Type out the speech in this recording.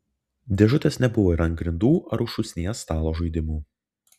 dėžutės nebuvo ir ant grindų ar už šūsnies stalo žaidimų